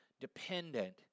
dependent